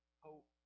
hope